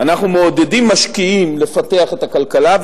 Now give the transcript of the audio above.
אנחנו מעודדים משקיעים לפתח את הכלכלה,